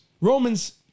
Romans